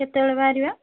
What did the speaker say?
କେତେବେଳେ ବାହାରିବା